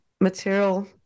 material